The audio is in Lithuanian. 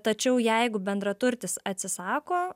tačiau jeigu bendraturtis atsisako